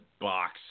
box